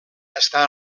està